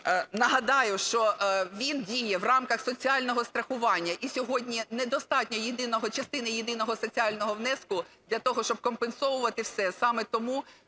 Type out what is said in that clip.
нагадаю, що він діє в рамках соціального страхування, і сьогодні недостатньо частини єдиного соціального внеску для того, щоб компенсовувати все. Саме тому